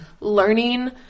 learning